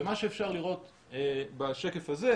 מה שאפשר לראות בשקף הזה,